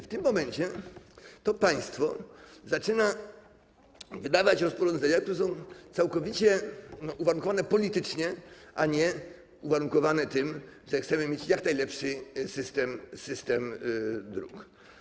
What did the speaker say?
W tym momencie to państwo zaczyna wydawać rozporządzenia, które są całkowicie uwarunkowane politycznie, a nie uwarunkowanie tym, że chcemy mieć jak najlepszy system dróg.